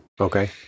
okay